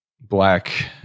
black